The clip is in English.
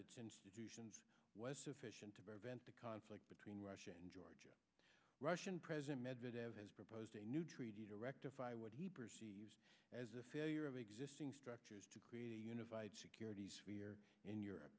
its institutions was sufficient to prevent the conflict between russia and georgia russian president medvedev has proposed a new treaty to rectify what he perceives as a failure of existing structures to create a unified security fear in europe